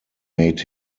made